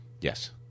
Yes